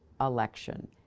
election